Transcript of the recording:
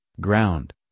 ground